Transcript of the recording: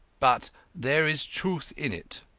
but there is truth in it.